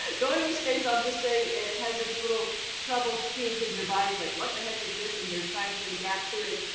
going to space i'll just say it has its little troubles too. cause your body's like, what the heck is this? and you're trying to adapt to it,